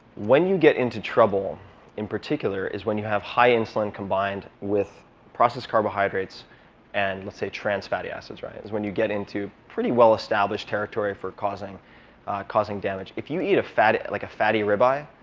when you get into trouble in particular is when you have high insulin combined with processed carbohydrates and, let's say, trans-fatty acids is when you get into pretty well-established territory for causing causing damage. if you eat a fatty like fatty rib eye,